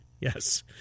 Yes